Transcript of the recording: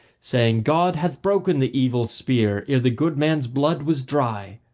saying, god hath broken the evil spear ere the good man's blood was dry.